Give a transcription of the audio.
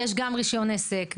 יש גם רישיון עסק,